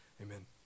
Amen